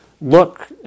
look